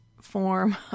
form